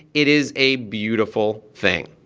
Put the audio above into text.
it is a beautiful thing.